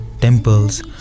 temples